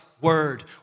word